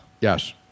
Yes